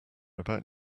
about